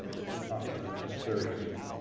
and she'll talk about our third area.